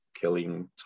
killing